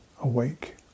awake